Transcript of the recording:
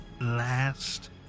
last